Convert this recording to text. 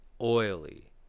oily